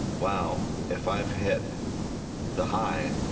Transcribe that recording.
wow, if i've hit the high,